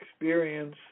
experience